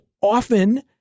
often